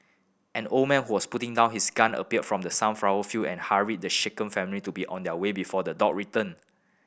an old man who was putting down his gun appeared from the sunflower field and hurried the shaken family to be on their way before the dog return